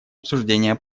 обсуждения